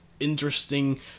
interesting